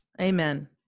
Amen